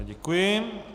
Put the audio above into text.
Děkuji.